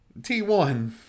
T1